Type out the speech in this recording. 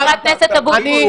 חבר הכנסת אבוטבול.